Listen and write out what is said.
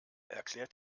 erklärt